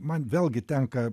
man vėlgi tenka